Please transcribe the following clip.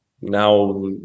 now